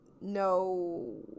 no